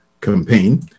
Campaign